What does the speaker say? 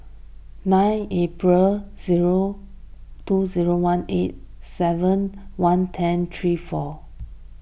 nine April zero two zero one eight seven one ten three four